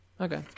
Okay